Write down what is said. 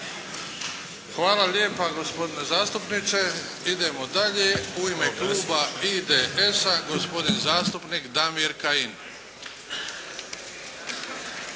Hvala lijepa gospodine zastupniče. Idemo dalje. U ime Kluba IDS-a gospodin zastupnik Damir Kajin.